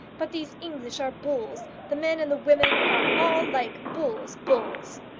but these english are bulls the men and the women are all like bulls bulls!